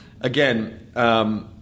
again